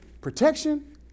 Protection